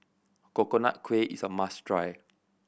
Coconut Kuih is a must try